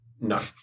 No